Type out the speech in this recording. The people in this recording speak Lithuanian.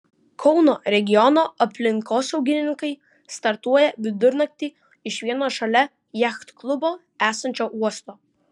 kauno regiono aplinkosaugininkai startuoja vidurnaktį iš vieno šalia jachtklubo esančio uosto